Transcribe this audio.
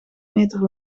meter